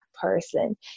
person